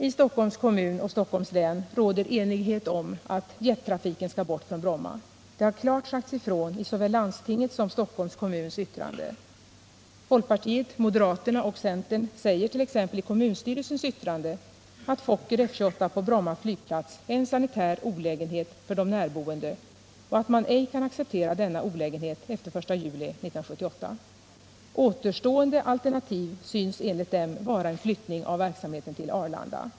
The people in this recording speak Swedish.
I Stockholms kommun och Stockholms län råder enighet om att jettrafiken skall bort från Bromma. Det har klart sagts ifrån i såväl landstinget som Stockholms kommuns yttrande. Folkpartiet, moderaterna och centern säger t.ex. i kommunstyrelsens yttrande att Fokker F-28 på Bromma flygplats är en sanitär olägenhet för de närboende och att man ej kan acceptera denna olägenhet efter den 1 juli 1978. Återstående alternativ syns enligt dem vara en flyttning av verksamheten till Arlanda.